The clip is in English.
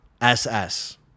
SS